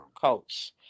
coats